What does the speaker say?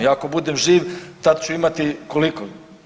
Ja ako budem živ tad ću imati, koliko?